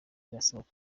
irasabwa